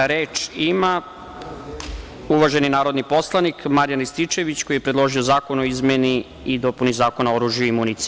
Reč ima uvaženi narodni poslanik Marijan Rističević, koji je predložio Zakon o izmeni i dopuni Zakona o oružju i municiji.